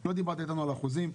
לא דיברת איתנו על אחוזים,